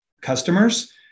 customers